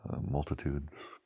multitudes